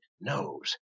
knows